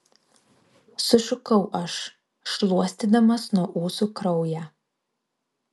sušukau aš šluostydamas nuo ūsų kraują